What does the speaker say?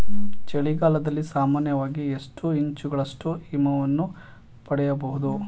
ಚಳಿಗಾಲದಲ್ಲಿ ಸಾಮಾನ್ಯವಾಗಿ ಎಷ್ಟು ಇಂಚುಗಳಷ್ಟು ಹಿಮವನ್ನು ಪಡೆಯಬಹುದು?